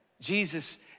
Jesus